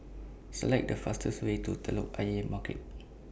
Select The fastest Way to Telok Ayer Market